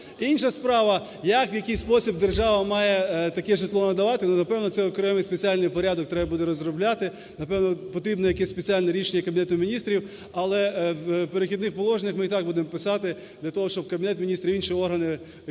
Інша справа, як, в який спосіб держава має таке житло надавати. Ну, напевно це окремий спеціальний порядок треба буде розробляти, напевно потрібно якесь спеціальне рішення Кабінету Міністрів. Але в "Перехідних положеннях" ми і так будемо писати для того, щоб Кабінет Міністрів, інші органи відповідно